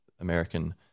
American